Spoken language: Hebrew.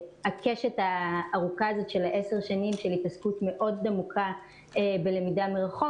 הקשת הארוכה הזאת של ה-10 שנים של התעסקות עמוקה מאוד בלמידה מרחוק,